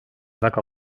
väga